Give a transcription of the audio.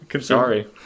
Sorry